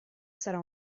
sarà